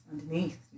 underneath